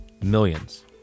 Millions